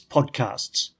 Podcasts